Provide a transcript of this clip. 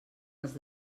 els